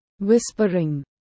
Whispering